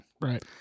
right